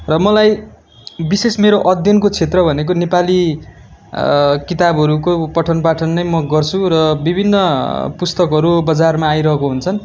र मलाई विशेष मेरो अध्ययनको क्षेत्र भनेको नेपाली किताबहरूको पठन पाठन नै म गर्छु र विभिन्न पुस्तकहरू बजारमा आइरहेको हुन्छन्